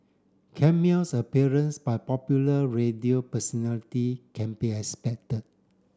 cameos appearance by popular radio personality can be expected